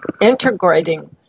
integrating